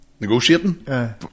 Negotiating